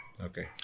Okay